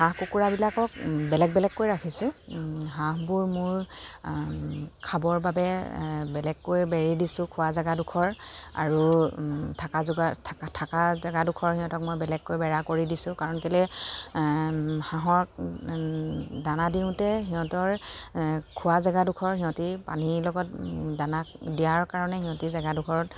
হাঁহ কুকুৰাবিলাকক বেলেগ বেলেগকৈ ৰাখিছোঁ হাঁহবোৰ মোৰ খাবৰ বাবে বেলেগকৈ বেৰি দিছোঁ খোৱা জেগাডোখৰ আৰু থকা যোগাৰ থাকা জেগাডোখৰ সিহঁতক মই বেলেগকৈ বেৰা কৰি দিছোঁ কাৰণ কেলৈ হাঁহক দানা দিওঁতে সিহঁতৰ খোৱা জেগাডোখৰ সিহঁতি পানীৰ লগত দানা দিয়াৰ কাৰণে সিহঁতে জেগাডোখৰত